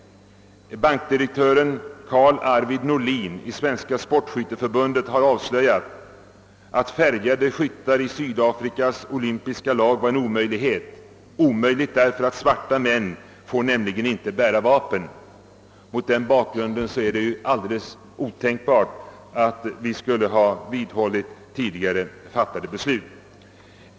Bankdirektören Karl-Arvid Norlin i Svenska. sportskytteförbundet har avslöjat, att färgade skyttar i Sydafrikas olympiska lag var en omöjlighet, eftersom svarta män inte får bära vapen. Mot den bakgrunden är det alldeles otänkbart, att vi skulle ha vidhållit tidigare fattade beslut.